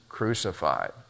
crucified